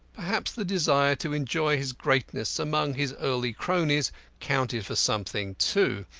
perhaps the desire to enjoy his greatness among his early cronies counted for something, too,